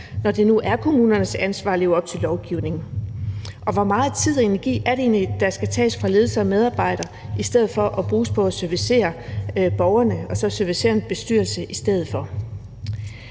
når det nu er kommunernes ansvar at leve op til lovgivningen? Hvor meget tid og energi er det egentlig, der skal tages fra ledelsen og medarbejderne og bruges til at servicere en bestyrelse i stedet for